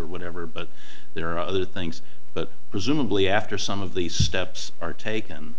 or whatever but there are other things but presumably after some of these steps are taken